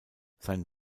sein